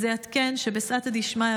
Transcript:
אז אעדכן שבסייעתא דשמיא,